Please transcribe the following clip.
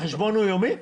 החשבון הוא יומי?